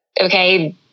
okay